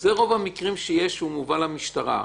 אלה רוב המקרים שיש, שהוא מובל למשטרה.